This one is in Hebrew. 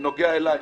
נוגע אליי.